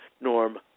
Norm